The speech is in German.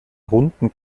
runden